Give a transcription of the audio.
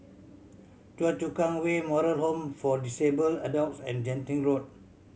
Choa Chu Kang Way Moral Home for Disabled Adults and Genting Road